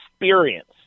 experience